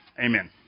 Amen